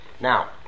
Now